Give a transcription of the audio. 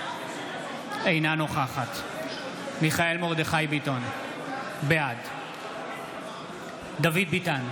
אינה נוכחת מיכאל מרדכי ביטון, בעד דוד ביטן,